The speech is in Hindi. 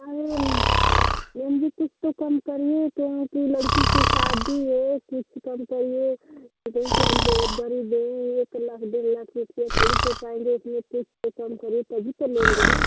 अरे नहीं मैम ये कुछ तो कम करिए क्या है कि लड़की की शादी है कुछ कम करिए एक लाख देड़ लाख रुपये थोड़ी बचाएँगे इसलिए कुछ तो कम करिए तभी तो लेंगे ना